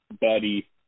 buddy